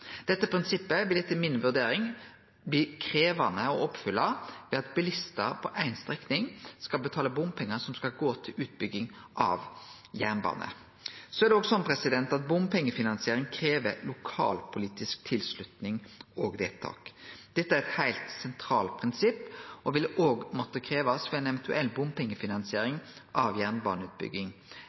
Dette prinsippet vil etter mi vurdering bli krevjande å oppfylle ved at bilistar på ein strekning skal betale bompengar som skal gå til utbygging av jernbane. Det er òg slik at bompengefinansiering krev lokalpolitisk tilslutning og vedtak. Dette er eit heilt sentralt prinsipp og vil òg måtte krevjast ved ei eventuell bompengefinansiering av jernbaneutbygging,